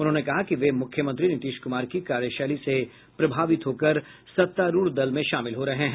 उन्होंने कहा कि वे मुख्यमंत्री नीतीश कुमार की कार्यशैली से प्रभावित होकर सत्तारूढ़ दल में शामिल हो रहे हैं